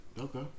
Okay